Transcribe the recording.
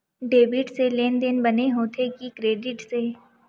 Debit से लेनदेन बने होथे कि क्रेडिट से?